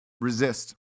resist